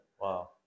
Wow